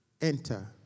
enter